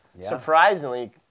surprisingly